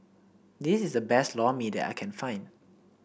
this is the best Lor Mee that I can find